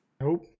Nope